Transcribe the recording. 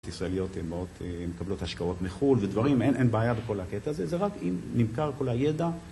ישראליות הם מאוד מקבלות השקעות מחו"ל ודברים, אין בעיה בכל הקטע הזה, זה רק אם נמכר כל הידע